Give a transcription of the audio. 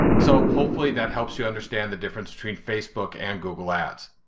so, hopefully that helps you understand the difference between facebook and google ads.